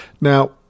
Now